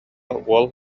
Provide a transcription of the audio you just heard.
уол